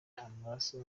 amaraso